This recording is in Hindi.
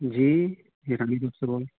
जी मेरा भी बोल